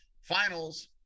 finals